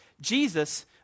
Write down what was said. Jesus